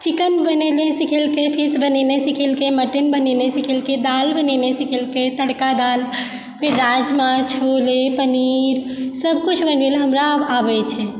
chicken बनेनाइ सिखेलकै fish बनेनाइ सिखेलकै मटन बनेनाइ सिखेलकै दालि बनेनाइ सिखेलकै तड़का दाल फिर राजमा छोले पनीर सबकुछ बनेलए हमरा आब आबैत छै